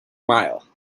mile